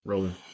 Rolling